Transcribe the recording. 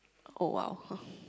oh !wow!